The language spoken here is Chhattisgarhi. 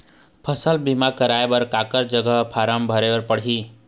फसल बीमा कराए बर काकर जग फारम भरेले पड़ही?